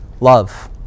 love